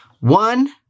One